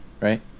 Right